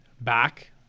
back